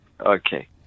Okay